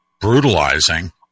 brutalizing